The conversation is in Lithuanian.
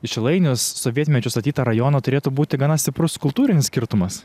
į šilainius sovietmečiu statytą rajoną turėtų būti gana stiprus kultūrinis skirtumas